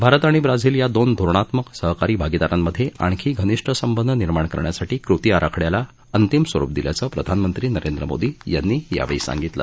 भारत आणि ब्राझील या दोन धोरणात्मक सहकारी आगीदारांमध्ये आणखी घनिष्ट संबंध निर्माण करण्यासाठी कृती आराखड्याला अंतिम स्वरुप दिल्याचं प्रधानमंत्री नरेंद्र मोदी यांनी यावेळी सांगितलं